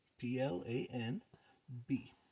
P-L-A-N-B